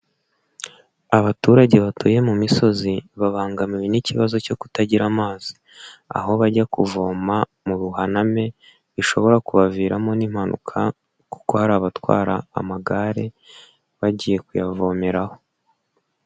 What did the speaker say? Abaturage batuye mu misozi babangamiwe n'ikibazo cyo kutagira amazi, aho bajya kuvoma mu buhaname bishobora kubaviramo n'impanuka, kuko hari abatwara amagare bagiye kuyavomeraraho.